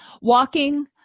walking